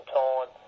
time